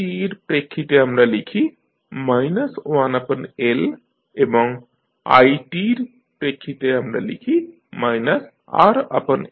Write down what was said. ect র প্রেক্ষিতে আমরা লিখি 1L এবং i র প্রেক্ষিতে আমরা লিখি RL